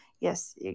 yes